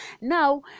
Now